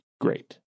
great